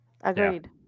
Agreed